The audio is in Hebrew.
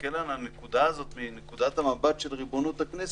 להסתכל על הנקודה הזו מנקודת המבט של ריבונות הכנסת,